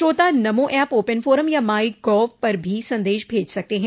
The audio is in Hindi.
श्रोता नमो ऐप ओपन फोरम या माई गॉव पर भी संदेश भेज सकते हैं